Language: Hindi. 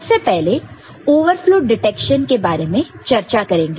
सबसे पहले ओवरफ्लो डिटेक्शन के बारे में चर्चा करेंगे